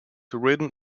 written